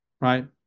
right